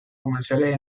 comerciales